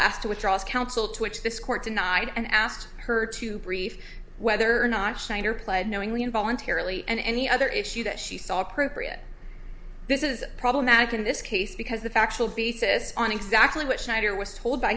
to withdraw as counsel which this court denied and asked her to brief whether or not shiner pled knowingly and voluntarily and any other issue that she saw appropriate this is problematic in this case because the factual basis on exactly what schneider was told by